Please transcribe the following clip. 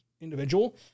individual